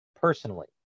personally